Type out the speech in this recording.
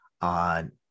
on